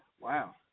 Wow